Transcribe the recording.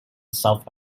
south